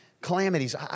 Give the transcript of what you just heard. calamities